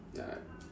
ya